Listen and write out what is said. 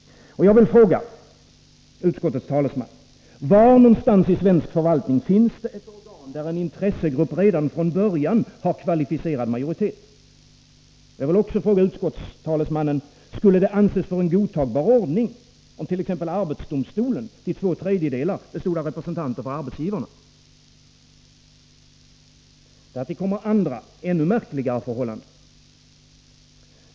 Jag vill fråga utskottets talesman var någonstans i svensk förvaltning det finns ett organ där en intressegrupp redan från början har kvalificerad majoritet. Jag vill också fråga honom om det skulle anses vara en godtagbar ordning, om t.ex. arbetsdomstolen till två tredjedelar bestod av representanter för arbetsgivarna. Därtill kommer andra, än märkligare förhållanden.